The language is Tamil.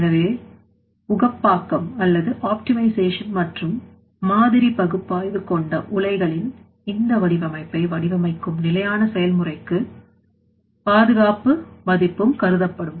எனவே உகப்பாக்கம் மற்றும் மாதிரி பகுப்பாய்வு கொண்ட உலைகளின் இந்த வடிவமைப்பை வடிவமைக்கும் நிலையான செயல்முறைக்கு பாதுகாப்பு மதிப்பும் கருதப்படும்